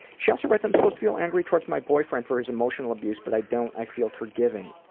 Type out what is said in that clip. she also writes i'm supposed to feel angry toward my boyfriend for his emotional abuse, but i don't. i feel forgiving.